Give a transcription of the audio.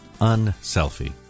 Unselfie